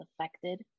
affected